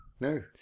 No